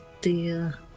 dear